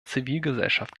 zivilgesellschaft